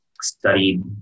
studied